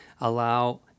allow